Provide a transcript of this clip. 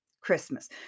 Christmas